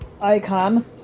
Icon